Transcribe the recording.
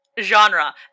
genre